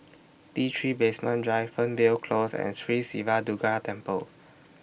T three Basement Drive Fernvale Close and Sri Siva Durga Temple